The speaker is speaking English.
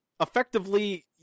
effectively